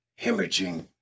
Hemorrhaging